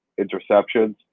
interceptions